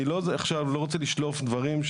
אני לא עכשיו רוצה לשלוף דברים,